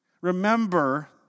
Remember